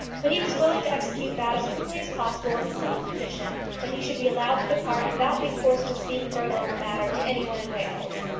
but he was willing to execute that as quickly as possible on the simple condition that he should be allowed to depart without being forced to speak further on the matter to any one in wales.